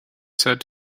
said